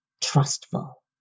trustful